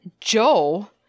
Joe